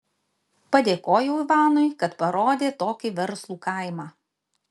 padėkojau ivanui kad parodė tokį verslų kaimą